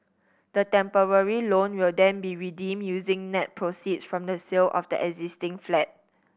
the temporary loan will then be redeemed using net proceeds from the sale of the existing flat